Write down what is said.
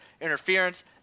Interference